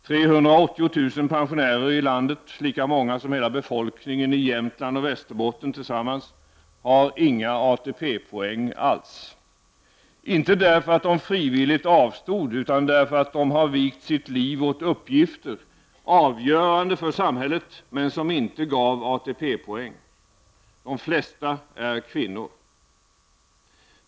380 000 pensionärer i landet, lika många som hela befolkningen i Jämtland och Västerbotten tillsammans, har inga ATP-poäng alls — inte därför att de frivilligt avstod utan därför att de har vigt sitt liv åt uppgifter avgörande för samhället, men som inte gav ATP-poäng. De flesta är kvinnor.